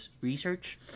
research